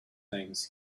things